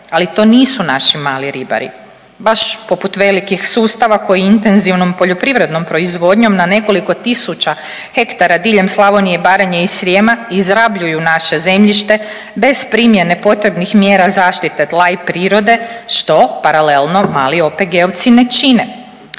ali to nisu naši mali ribari. Baš poput velikih sustava koji intenzivnom poljoprivrednom proizvodnjom na nekoliko tisuća hektara diljem Slavonije, Baranje i Srijema izrabljuju naše zemljište bez primjene potrebnih mjera zaštite tla i prirode što paralelno mali OPG-ovci ne čine.